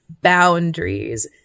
boundaries